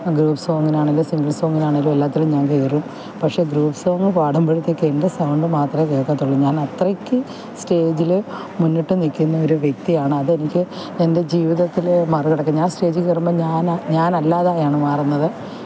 group സോങ്ങിനാണേലും single സോങ്ങിനാണേലും എല്ലാത്തിലും ഞാന് കയറും പക്ഷെ ഗ്രൂപ്പ് സോങ്ങ് പാടുമ്പഴത്തേക്ക് എന്റെ സൗണ്ട് മാത്രമേ കേൾക്കത്തുള്ളു ഞാനത്രയ്ക്ക് സ്റ്റേജില് മുന്നിട്ട് നിൽക്കുന്ന ഒരു വ്യക്തിയാണ് അതെനിക്ക് എന്റെ ജീവിതത്തില് മറി കടക്കാന് ഞാന് സ്റ്റേജില് കയറുമ്പം ഞാനാ ഞാനല്ലാതായാണ് മാറുന്നത്